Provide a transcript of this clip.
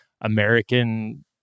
American